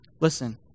Listen